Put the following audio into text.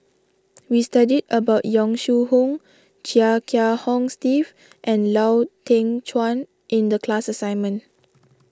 we studied about Yong Shu Hoong Chia Kiah Hong Steve and Lau Teng Chuan in the class assignment